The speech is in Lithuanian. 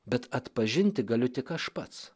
bet atpažinti galiu tik aš pats